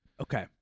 Okay